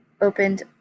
opened